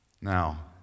Now